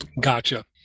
Gotcha